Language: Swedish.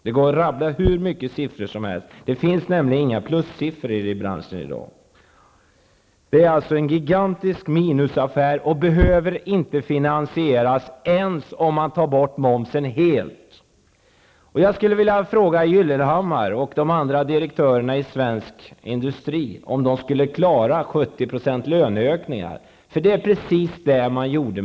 Det går att rabbla hur mycket siffror som helst. Det finns inga plussiffror i branschen i dag, utan det är en gigantisk minusaffär och behöver inte finansieras ens om momsen tas bort helt. Jag skulle vilja fråga Gyllenhammar och de andra direktörerna i svensk industri om de skulle klara löneökningar på 70 %.